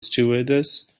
stewardess